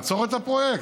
לעצור את הפרויקט?